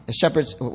shepherds